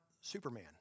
Superman